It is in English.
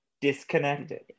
disconnected